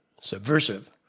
subversive